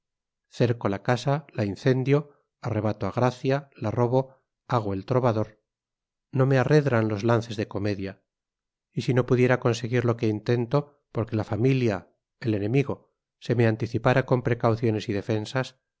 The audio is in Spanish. cerco la casa la incendio arrebato a gracia la robo hago el trovador no me arredran los lances de comedia y si no pudiera conseguir lo que intento porque la familia el enemigo se me anticipara con precauciones y defensas